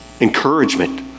encouragement